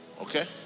okay